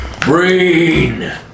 BRAIN